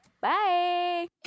Bye